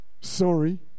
Sorry